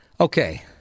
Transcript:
okay